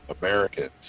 Americans